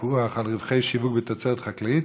הפיקוח על רווחי שיווק בתוצרת החקלאית,